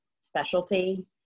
specialty